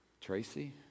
Tracy